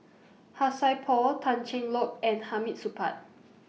Han Sai Por Tan Cheng Lock and Hamid Supaat